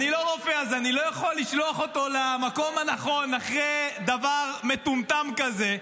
אז אני לא יכול לשלוח אותו למקום הנכון אחרי דבר מטומטם כזה,